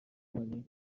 کنین